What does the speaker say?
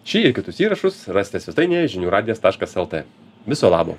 šį ir kitus įrašus rasite svetainėje žinių radijas taškas lt viso labo